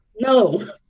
No